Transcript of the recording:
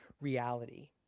reality